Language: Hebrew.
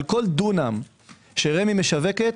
על כל דונם שרמ"י משווקת